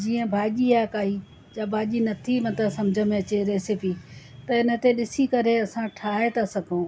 जीअं भाॼी आहे काई जा भाॼी नथी म त सम्झ में अचे रेसिपी त हिन ते ॾिसी करे असां ठाहे था सघूं